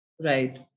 Right